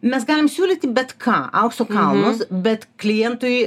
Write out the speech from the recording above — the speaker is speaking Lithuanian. mes galim siūlyti betką aukso kalnus bet klientui